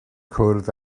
cwrdd